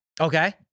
Okay